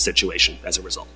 the situation as a result